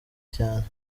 cyane